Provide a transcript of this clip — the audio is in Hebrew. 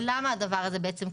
למה זה קורה?